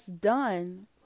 done